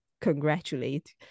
congratulate